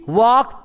walk